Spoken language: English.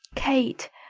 kate,